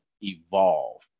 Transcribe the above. evolve